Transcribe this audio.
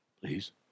please